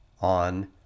on